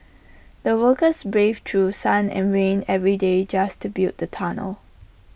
the workers braved through sun and rain every day just to build the tunnel